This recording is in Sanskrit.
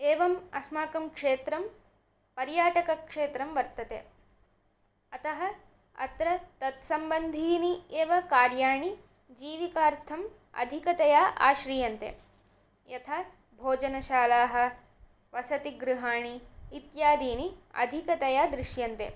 एवम् अस्माकं क्षेत्रं पर्याटकक्षेत्रं वर्तते अतः अत्र तत् सम्बन्धीनि एव कार्याणि जीविकार्थम् अधिकतया आश्रीयन्ते यथा भोजनशालाः वसतिगृहाणि इत्यादीनि अधिकतया दृश्यन्ते